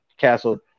Castle